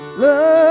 Love